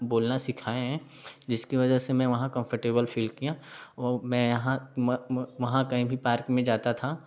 बोलना सीखाए हैं जिसकी वजह से मैं वहाँ कंफर्टेबल फ़ील किया और मैं यहाँ वहाँ कहीं भी पार्क में जाता था